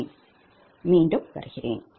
நன்றி நான் மீண்டும் வருகிறேன்